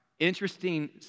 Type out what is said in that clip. Interesting